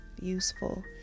useful